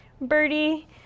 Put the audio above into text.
birdie